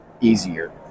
easier